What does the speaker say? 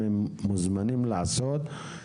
הם מוזמנים לעשות כן.